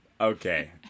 Okay